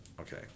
Okay